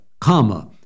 comma